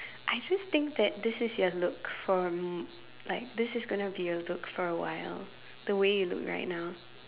I just think that this is your look for like this is gonna be your look for a while the way you look like now